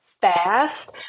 fast